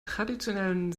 traditionellen